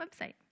website